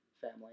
family